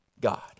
God